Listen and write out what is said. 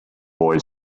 boy